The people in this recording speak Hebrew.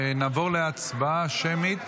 נעבור להצבעה שמית.